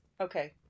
Okay